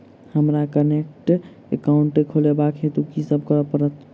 हमरा current account खोलेवाक हेतु की सब करऽ पड़त?